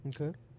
Okay